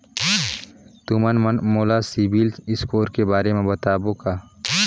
तुमन मन मोला सीबिल स्कोर के बारे म बताबो का?